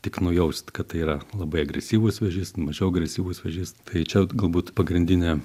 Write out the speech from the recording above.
tik nujaust kad tai yra labai agresyvus vėžys mažiau agresyvus vėžys tai čia galbūt pagrindinė